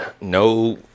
no